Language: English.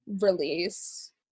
release